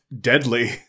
Deadly